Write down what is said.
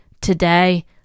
today